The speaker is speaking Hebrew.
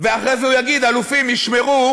ואחרי זה הוא יגיד: אלופים ישמרו,